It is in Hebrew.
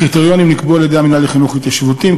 3. הקריטריונים נקבעו על-ידי המינהל לחינוך התיישבותי,